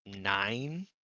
nine